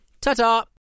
ta-ta